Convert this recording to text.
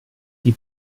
die